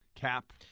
cap